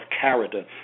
character